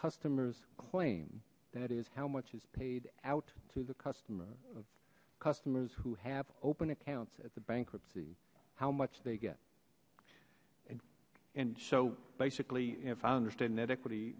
customer's claim that is how much is paid out to the customer of customers who have open accounts at the bankruptcy how much they get and and so basically if i understand equity